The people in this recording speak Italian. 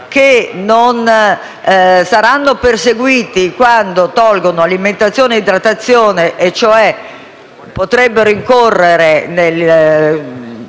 che non saranno perseguiti quando interrompono alimentazione e idratazione e potrebbero incorrere nel